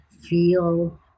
feel